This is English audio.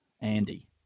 Andy